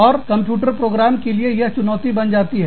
और computer program के लिए एक चुनौती बन जाती है